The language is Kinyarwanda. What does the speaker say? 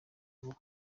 vuba